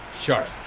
Sharp